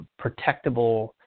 protectable